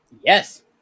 Yes